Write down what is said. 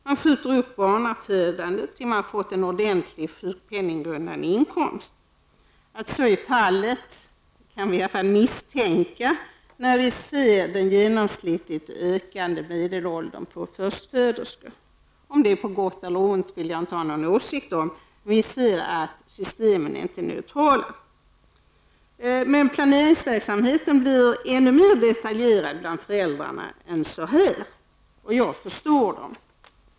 Man skjuter upp barnafödandet tills man har fått en ordentlig sjukpenninggrundande inkomst. Att så är fallet kan vi misstänka när vi ser den genomsnittligt ökade medelåldern bland förstföderskorna. Om det är på gott eller ont vill jag inte ha någon åsikt om. Systemen är inte neutrala. Planeringsverksamheten blir än mer detaljerad bland föräldrarna. Jag förstår dem.